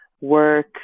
work